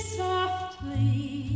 softly